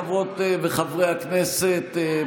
חברות וחברי הכנסת,